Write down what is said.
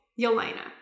Yelena